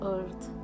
Earth